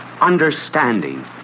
understanding